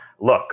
Look